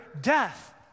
death